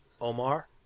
Omar